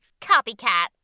Copycat